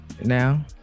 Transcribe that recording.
now